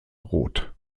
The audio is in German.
rot